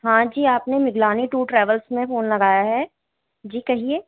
हाँ जी आपने मिघलानी टूर ट्रैवल्स में फ़ोन लगाया है जी कहिए